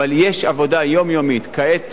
אבל יש עבודה יומיומית, כעת